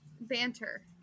banter